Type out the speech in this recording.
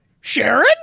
Sharon